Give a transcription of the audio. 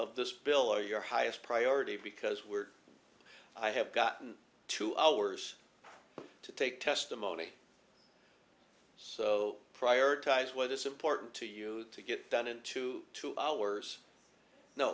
of this bill are your highest priority because we're i have gotten two hours to take testimony so prioritize what is important to you to get it done in two hours no